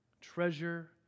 treasure